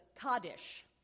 Kaddish